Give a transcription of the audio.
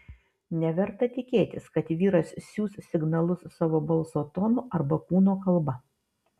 neverta tikėtis kad vyras siųs signalus savo balso tonu arba kūno kalba